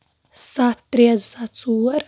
سَتھ ترٛےٚ زٕ ساس ژور